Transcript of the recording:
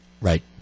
right